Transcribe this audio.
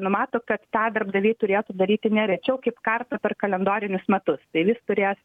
numato kad tą darbdaviai turėtų daryti ne rečiau kaip kartą per kalendorinius metus tai vis turės